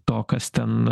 to kas ten